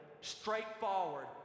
straightforward